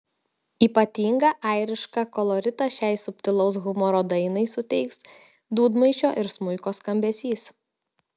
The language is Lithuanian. ypatingą airišką koloritą šiai subtilaus humoro dainai suteiks dūdmaišio ir smuiko skambesys